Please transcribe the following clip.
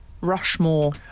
Rushmore